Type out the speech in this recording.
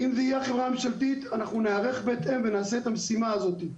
אם זו תהיה החברה הממשלתית אנחנו נערך בהתאם ונבצע את המשימה הזאת.